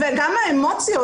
וגם האמוציות,